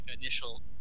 initial